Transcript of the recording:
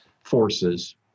forces